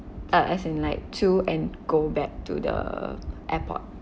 uh as in like to and go back to the airport